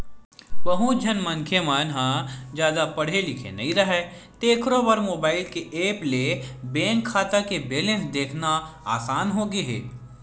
बहुत झन मनखे मन ह जादा पड़हे लिखे नइ राहय तेखरो बर मोबईल के ऐप ले बेंक खाता के बेलेंस देखना असान होगे हे